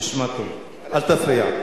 תשמע טוב, אל תפריע.